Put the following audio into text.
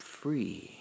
free